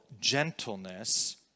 gentleness